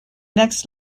next